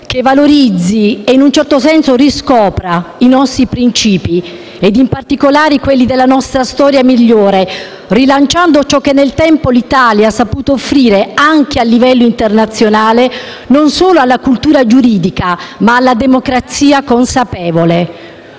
che valorizzi e in un certo senso riscopra i nostri principi, in particolare quelli della nostra storia migliore, rilanciando ciò che nel tempo l'Italia ha saputo offrire, anche a livello internazionale, non solo alla cultura giuridica, ma alla democrazia consapevole.